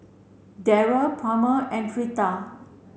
Darry Palmer and Fleta